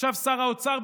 עכשיו שר האוצר,